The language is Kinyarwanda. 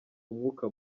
umwuka